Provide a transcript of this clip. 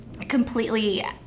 completely